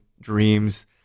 dreams